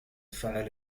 فعل